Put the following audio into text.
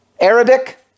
Arabic